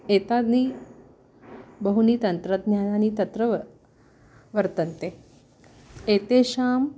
एतानि बहूनि तन्त्रज्ञानानि तत्र वा वर्तन्ते एतेषाम्